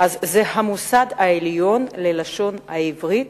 אז זה המוסד העליון ללשון העברית.